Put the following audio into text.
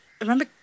remember